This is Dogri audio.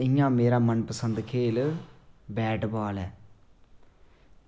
इंया मेरा मनपसंद खेल बैट बॉल ऐ